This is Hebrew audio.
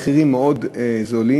מחירים מאוד זולים,